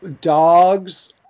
dogs